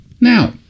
Now